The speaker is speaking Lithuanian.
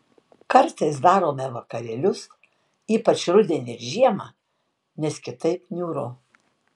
kartais darome vakarėlius ypač rudenį ir žiemą nes kitaip niūru